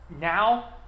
now